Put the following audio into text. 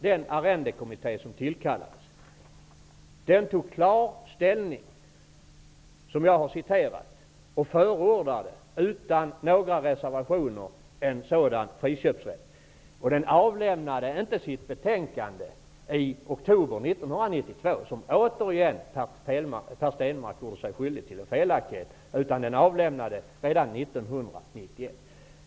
Den arrendekommitté som tillkallades tog klar ställning -- som jag har citerat -- och förordade utan några reservationer en sådan friköpsrätt. Kommittén avlämnade inte sitt betänkande i oktober 1992 -- där gjorde återigen Per Stenmarck sig skyldig till en felaktighet -- utan det avlämnades redan 1991.